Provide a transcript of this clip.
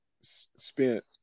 spent